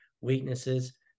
weaknesses